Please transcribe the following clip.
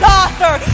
author